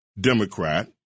Democrat